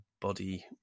body